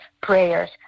prayers